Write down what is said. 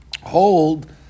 hold